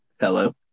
Hello